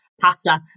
pasta